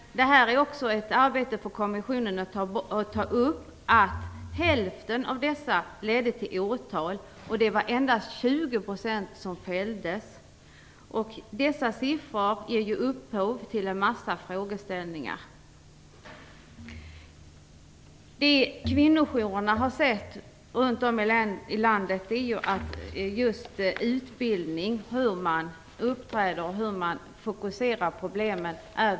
Det är också ett arbete för kommissionen att ta upp det förhållandet att hälften av dessa anmälningar ledde till åtal. Endast 20 % fälldes. Dessa siffror ger upphov till en mängd frågeställningar. Kvinnojourerna runt om i landet har sett att det är viktigt med utbildning om hur man uppträder och fokuserar problemen.